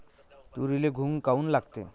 तुरीले घुंग काऊन लागते?